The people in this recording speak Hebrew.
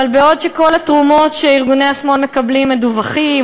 אבל בעוד כל התרומות שארגוני השמאל מקבלים מדווחות,